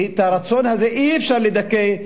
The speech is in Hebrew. ואת הרצון הזה אי-אפשר לדכא,